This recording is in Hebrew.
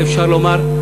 אפשר לומר,